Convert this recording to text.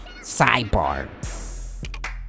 sidebar